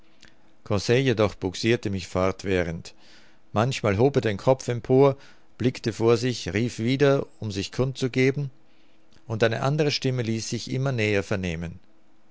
jedoch bugsirte mich fortwährend manchmal hob er den kopf empor blickte vor sich rief wieder um sich kund zu geben und eine andere stimme ließ sich immer näher vernehmen